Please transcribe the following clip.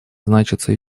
значатся